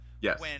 yes